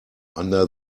under